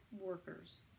workers